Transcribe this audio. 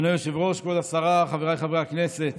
אדוני היושב-ראש, כבוד השרה, חבריי חברי הכנסת,